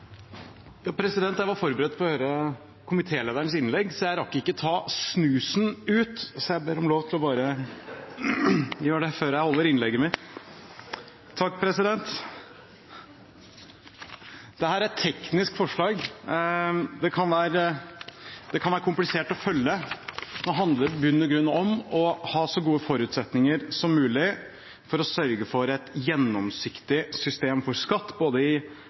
jeg rakk ikke å ta snusen ut, så jeg ber bare om lov til å gjøre det før jeg holder innlegget mitt. Dette er et teknisk forslag. Det kan være komplisert å følge. Det handler i bunn og grunn om å ha så gode forutsetninger som mulig for å sørge for et gjennomsiktig system for skatt både i